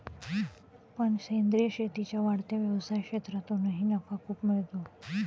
पण सेंद्रीय शेतीच्या वाढत्या व्यवसाय क्षेत्रातूनही नफा खूप मिळतो